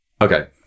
Okay